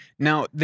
Now